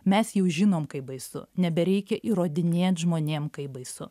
mes jau žinom kaip baisu nebereikia įrodinėt žmonėm kaip baisu